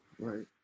Right